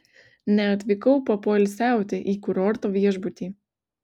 neatvykau papoilsiauti į kurorto viešbutį